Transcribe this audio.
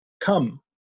come